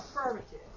affirmative